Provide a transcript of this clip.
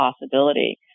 possibility